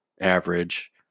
average